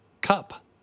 cup